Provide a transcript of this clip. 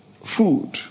Food